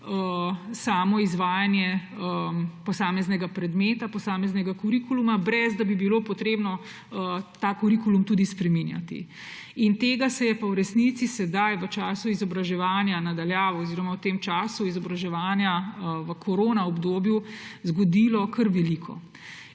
samo izvajanje posameznega predmeta, posameznega kurikuluma, ne da bi bilo potrebno ta kurikulum spreminjati. Tega se je pa v resnici v času izobraževanja na daljavo oziroma v času izobraževanja v koronaobdobju zgodilo kar veliko.